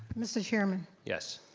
mr. chairman. yes.